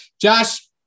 Josh